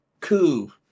Coup